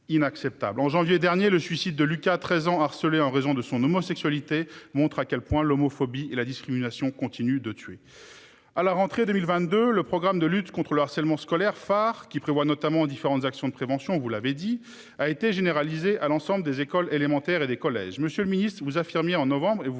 en janvier dernier, le suicide de Lucas, 13 ans, harcelée, en raison de son homosexualité montre à quel point l'homophobie et la discrimination continue de tuer. À la rentrée 2022, le programme de lutte contre le harcèlement scolaire phare qui prévoit notamment aux différentes actions de prévention, vous l'avez dit, a été généralisé à l'ensemble des écoles élémentaires et des collèges.